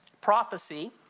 prophecy